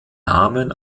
namen